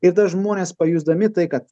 ir tada žmonės pajusdami tai kad